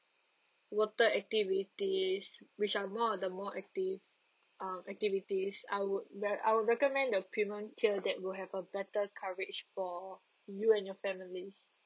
water activity which are more the more active um activities I would re~ I would recommend the premium tier that will have a better coverage for you and your family